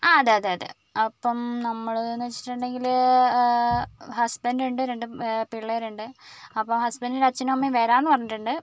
ആ അതെ അതെ അതെ അപ്പം നമ്മൾ എന്ന് വെച്ചിട്ടുണ്ടെങ്കിൽ ഹസ്ബൻഡ് ഉണ്ട് രണ്ട് പിള്ളേരുണ്ട് അപ്പോൾ ഹസ്ബൻറ്റിൻ്റെ അച്ഛനും അമ്മയും വരാം എന്ന് പറഞ്ഞിട്ടുണ്ട്